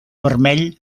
vermell